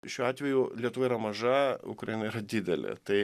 šiuo atveju lietuva yra maža ukraina yra didelė tai